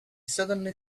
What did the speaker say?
suddenly